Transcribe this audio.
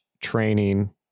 training